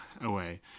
away